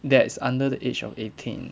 that's under the age of eighteen